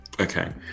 Okay